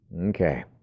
okay